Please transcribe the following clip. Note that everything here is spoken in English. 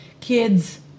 kids